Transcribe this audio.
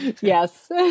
Yes